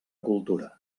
cultura